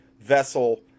vessel